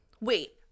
Wait